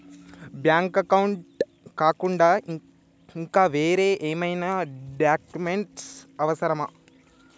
Bank account కాకుండా ఇంకా వేరే ఏమైనా డాక్యుమెంట్స్ అవసరమా?